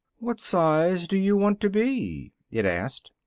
what size do you want to be? it asked.